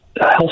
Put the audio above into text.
health